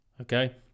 Okay